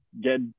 get